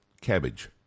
Cabbage